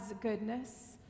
goodness